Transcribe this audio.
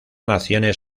naciones